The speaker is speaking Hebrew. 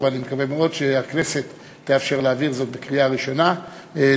ואני מקווה מאוד שהכנסת תאפשר להעביר זאת בקריאה ראשונה על